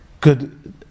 good